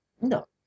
No